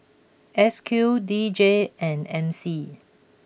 S Q D J and M C